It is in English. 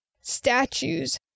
statues